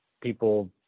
people